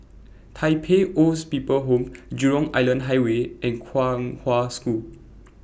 Tai Pei Old's People's Home Jurong Island Highway and Kong Hwa School